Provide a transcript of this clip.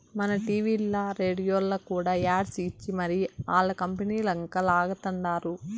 మన టీవీల్ల, రేడియోల్ల కూడా యాడ్స్ ఇచ్చి మరీ ఆల్ల కంపనీలంక లాగతండారు